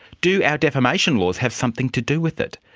do our defamation laws have something to do with it?